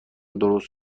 درست